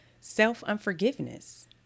self-unforgiveness